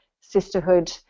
sisterhood